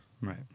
Right